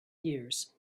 years